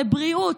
לבריאות,